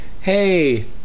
hey